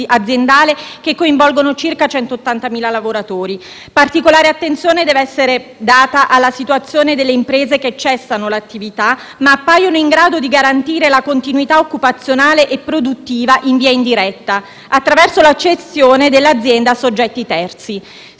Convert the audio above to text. aziendale che coinvolgono circa 180.000 lavoratori, particolare attenzione deve essere riservata alla situazione delle imprese che cessano l'attività, ma appaiono in grado di garantire la continuità occupazionale e produttiva in via indiretta attraverso la cessione dell'azienda a soggetti terzi.